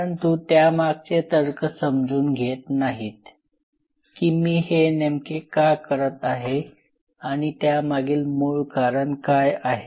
परंतु त्यामागचे तर्क समजून घेत नाहीत की मी हे नेमके का करत आहे आणि त्यामागील मूळ कारण काय आहे